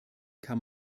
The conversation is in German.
kann